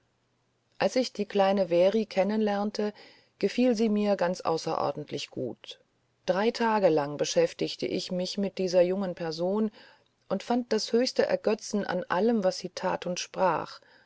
als ich die kleine very kennenlernte gefiel sie mir ganz außerordentlich gut drei tage lang beschäftigte ich mich mit dieser jungen person und fand das höchste ergötzen an allem was sie tat und sprach